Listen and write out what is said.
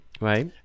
Right